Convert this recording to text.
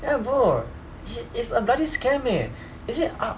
ya bro he is a bloody scam leh you see a~